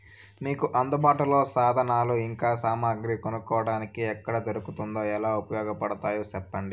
మీకు అందుబాటులో సాధనాలు ఇంకా సామగ్రి కొనుక్కోటానికి ఎక్కడ దొరుకుతుందో ఎలా ఉపయోగపడుతాయో సెప్పండి?